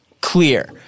clear